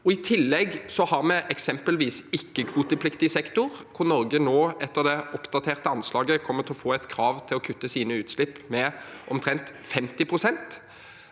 I tillegg har vi eksempelvis ikke-kvotepliktig sektor, hvor Norge nå, etter det oppdaterte anslaget, kommer til å få et krav om å kutte sine utslipp med omtrent 50 pst.